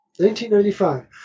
1995